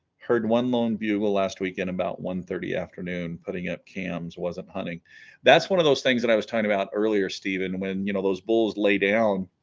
heard one long bugle last week in about one thirty afternoon putting up cams wasn't hunting that's one of those things that i was talking about earlier steven when you know those bulls lay down